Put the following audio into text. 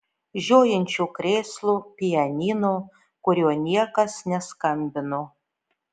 žiojinčių krėslų pianino kuriuo niekas neskambino